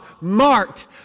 marked